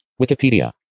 Wikipedia